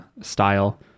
style